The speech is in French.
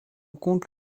compte